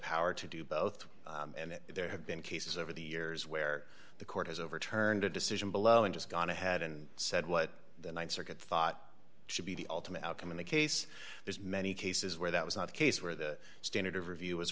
power to do both and there have been cases over the years where the court has overturned a decision below and just gone ahead and said what the th circuit thought should be the ultimate outcome in the case there's many cases where that was not the case where the standard of review was